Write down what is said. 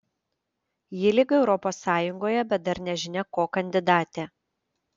ji lyg europos sąjungoje bet dar nežinia ko kandidatė